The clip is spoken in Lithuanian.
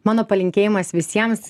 mano palinkėjimas visiems